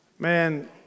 Man